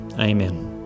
Amen